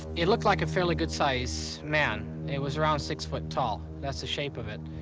it looked like a fairly good size man. it was around six foot tall. that's the shape of it.